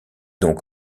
donc